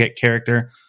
character